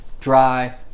dry